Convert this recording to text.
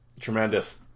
tremendous